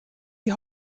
die